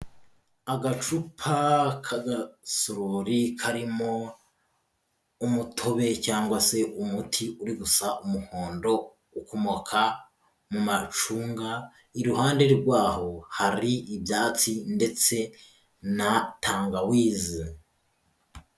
Agacupa k'agasorori karimo umutobe cyangwag se umuti uri gusa umuhondo, ukomoka mu macunga, iruhande rwaho hari ibyatsi ndetse na tangawize.